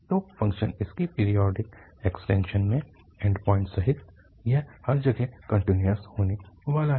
तो फ़ंक्शन इसके periodic extension में एंड पॉइंट्स सहित यह हर जगह कन्टीन्यूअस होने वाला है